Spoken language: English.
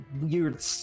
weird